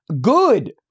Good